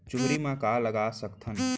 चुहरी म का लगा सकथन?